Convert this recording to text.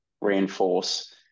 reinforce